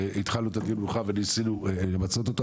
התחלנו את הדיון מאוחר וניסינו למצות אותו,